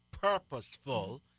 purposeful